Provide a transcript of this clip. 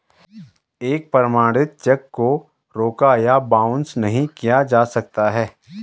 एक प्रमाणित चेक को रोका या बाउंस नहीं किया जा सकता है